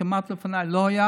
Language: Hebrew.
שלפניי כמעט שלא היו.